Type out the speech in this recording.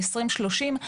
על 2030,